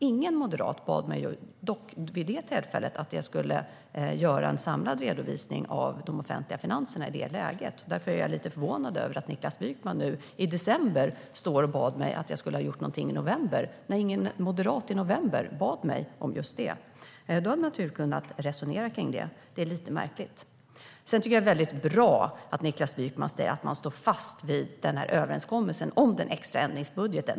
Ingen moderat bad mig dock i det läget att göra en samlad redovisning av de offentliga finanserna. Därför är jag lite förvånad över att Niklas Wykman nu i december står här och säger att jag skulle ha gjort någonting i november när ingen moderat i november bad mig om just detta. I så fall hade vi naturligtvis kunnat resonera kring det. Det är lite märkligt. Sedan tycker jag att det är bra att Niklas Wykman säger att man står fast vid överenskommelsen om den extra ändringsbudgeten.